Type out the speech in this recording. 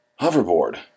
hoverboard